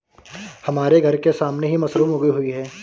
हमारे घर के सामने ही मशरूम उगी हुई है